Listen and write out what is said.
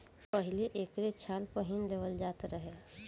पहिले एकरे छाल पहिन लेवल जात रहे